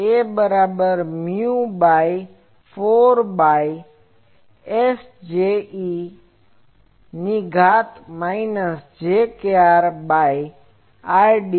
A બરાબર છે Mu by 4 phi S Js e ની ઘાત minus j kR by R ds